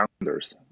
founders